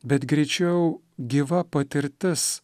bet greičiau gyva patirtis